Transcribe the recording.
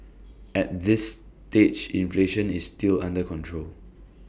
at this stage inflation is still under control